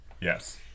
Yes